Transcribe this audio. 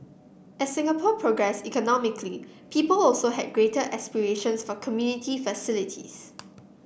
as Singapore progressed economically people also had greater aspirations for community facilities